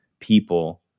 people